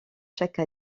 chaque